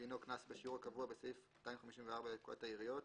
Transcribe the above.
דינו - קנס בשיעור הקבוע בסעיף 254 לפקודת העיריות,